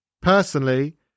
Personally